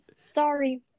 sorry